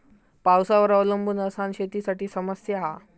पावसावर अवलंबून असना शेतीसाठी समस्या हा